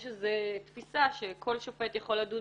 יש איזו תפיסה שכל שופט יכול לדון